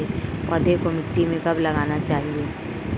पौधे को मिट्टी में कब लगाना चाहिए?